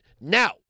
Now